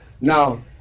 Now